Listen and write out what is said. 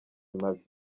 mabi